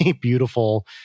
beautiful